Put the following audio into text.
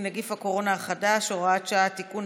נגיף הקורונה החדש (הוראת שעה) (תיקון),